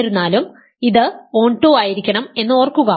എന്നിരുന്നാലും ഇത് ഓൺടു ആയിരിക്കണം എന്ന് ഓർക്കുക